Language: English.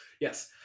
Yes